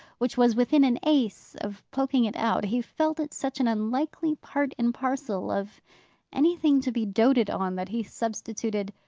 which was within an ace of poking it out, he felt it such an unlikely part and parcel of anything to be doted on, that he substituted,